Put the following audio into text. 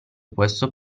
questo